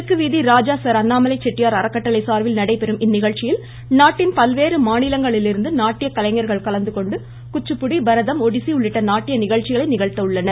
தெற்கு வீதி ராஜாசர் அண்ணாமலை செட்டியார் அறக்கட்டளை சார்பில் நடைபெறும் இந்நிகழ்ச்சியில் நாட்டின் பல்வேறு மாநிலங்களிலிருந்து நாட்டியக்கலைஞர்கள் கலந்துகொண்டு குச்சுப்புடி பரதம் ஒடிசி உள்ளிட்ட நாட்டிய நிகழ்ச்சிகளை நிகழ்த்த உள்ளனர்